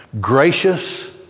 Gracious